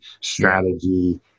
strategy